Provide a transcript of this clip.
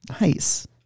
Nice